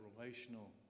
relational